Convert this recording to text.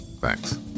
thanks